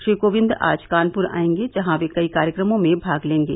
श्री कोविंद आज कानपुर आयेंगे जहाँ वह कई कार्यक्रमों में भाग लेंगे